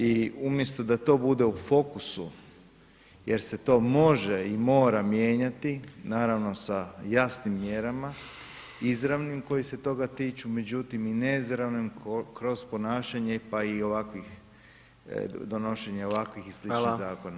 I umjesto da bude u fokusu jer se to može i mora mijenjati naravno sa jasnim mjerama, izravnim koje se toga tiču međutim i neizravnim kroz ponašanje pa i ovakvih donošenja ovakvih i sličnih zakona.